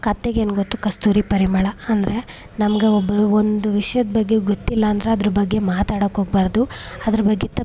ಕತ್ತೆಗೇನು ಗೊತ್ತು ಕಸ್ತೂರಿ ಪರಿಮಳ ಅಂದರೆ ನಮಗೆ ಒಬ್ಬರು ಒಂದು ವಿಷ್ಯದ ಬಗ್ಗೆ ಗೊತ್ತಿಲ್ಲ ಅಂದ್ರೆ ಅದ್ರ ಬಗ್ಗೆ ಮಾತಾಡಕ್ಕೆ ಹೋಗಬಾರ್ದು ಅದರ ಬಗ್ಗೆ ತಪ್ಪು